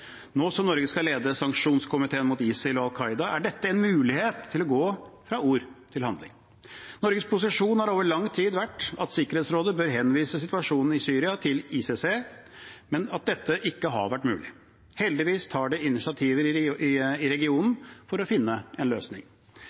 Nå som Norge skal lede sanksjonskomiteen mot ISIL og Al Qaida, er dette en mulighet til å gå fra ord til handling. Norges posisjon har over lang tid vært at Sikkerhetsrådet bør henvise situasjonen i Syria til ICC, men at dette ikke har vært mulig. Heldigvis tas det initiativ i regionen for å finne en løsning.